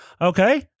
Okay